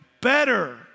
better